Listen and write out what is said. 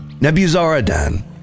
Nebuzaradan